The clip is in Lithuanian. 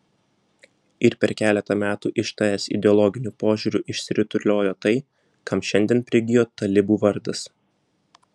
ir per keletą metų iš ts ideologiniu požiūriu išsirutuliojo tai kam šiandien prigijo talibų vardas